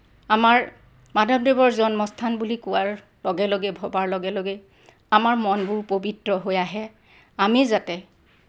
আমাৰ মাধৱদেৱৰ জন্মস্থান বুলি কোৱাৰ লগে লগে ভবাৰ লগে লগে আমাৰ মনবোৰ পবিত্ৰ হৈ আহে আমি যাতে